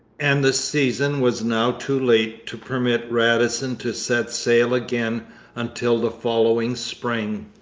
and the season was now too late to permit radisson to set sail again until the following spring.